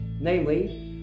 namely